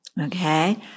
Okay